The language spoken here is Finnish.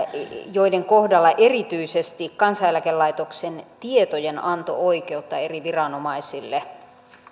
joiden kohdalla erityisesti kansaneläkelaitoksen tietojenanto oikeutta eri viranomaisille